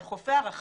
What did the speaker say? על חופי הרחצה,